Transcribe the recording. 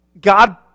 God